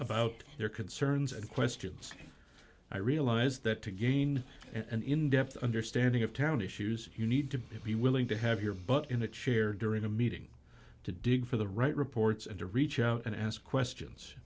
about their concerns and questions i realize that to gain an in depth understanding of town issues you need to be willing to have your butt in a chair during a meeting to dig for the right reports and to reach out and ask questions